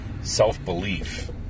self-belief